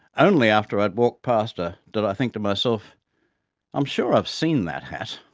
only after i had walked past her did i think to myself i'm sure i've seen that hat.